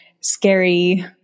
scary